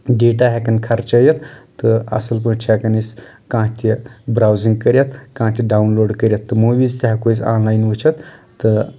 data ہٮ۪کان خرچٲیِتھ تہٕ اَصٕل پٲٹھۍ چھِ ہٮ۪کان أسۍ کانٛہہ تہِ براؤزنگ کٔرِتھ کانٛہہ تہِ ڈَوُن لوڈ کٔرِتھ موٗویٖز تہِ ہٮ۪کو أسۍ آن لین وُچھِتھ تہٕ